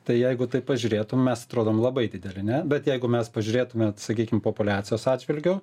tai jeigu taip pažiūrėtum mes atrodom labai dideli ne bet jeigu mes pažiūrėtume sakykim populiacijos atžvilgiu